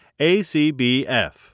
ACBF